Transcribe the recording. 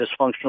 dysfunctional